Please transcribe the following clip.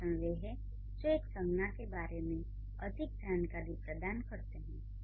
विशेषण वे हैं जो एक संज्ञा के बारे में अधिक जानकारी प्रदान करते हैं